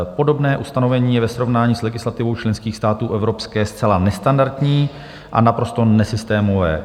Podobné ustanovení je ve srovnání s legislativou členských států Evropské zcela nestandardní a naprosto nesystémové.